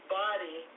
body